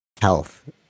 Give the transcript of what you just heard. health